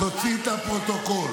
תוציא את הפרוטוקול.